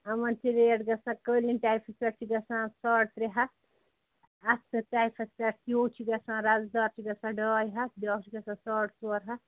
یِمَن چھِ ریٹ گَژھان قٲلیٖن ٹایپَس پٮ۪ٹھ چھِ گَژھان ساڑ ترٛےٚ ہَتھ اَتھٕ ٹایپس پٮ۪ٹھ ہیٛوٗ چھُ گَژھان رزٕ دار چھُ گَژھان ڈاے ہَتھ بیٛاکھ چھُ گَژھان ساڑ ژور ہَتھ